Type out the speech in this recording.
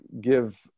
give